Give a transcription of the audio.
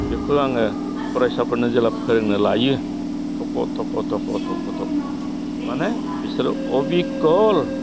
बेखौ आङो फरायसाफोरनो जेला फोरोंनो लायो थख' थख' थख' थख' थख' मानि बिसोरो अबिकल